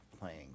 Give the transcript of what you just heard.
playing